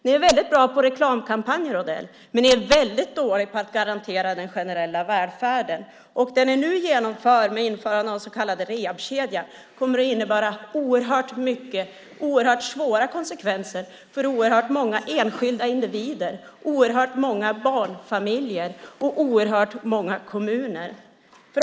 Ni är väldigt bra på reklamkampanjer, Odell, men ni är väldigt dåliga på att garantera den generella välfärden. Det ni nu genomför med införande av den så kallade rehabiliteringskedjan kommer att få oerhört svåra konsekvenser för oerhört många enskilda individer, oerhört många barnfamiljer och oerhört många kommuner.